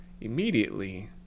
immediately